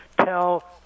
tell